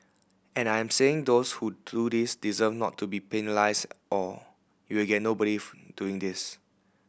and I am saying those who do this deserve not to be penalised or you will get nobody doing this